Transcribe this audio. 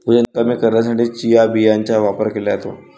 वजन कमी करण्यासाठी चिया बियांचा वापर केला जातो